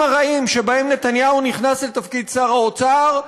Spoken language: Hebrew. הרעים שבהם נתניהו נכנס אל תפקיד שר האוצר,